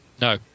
No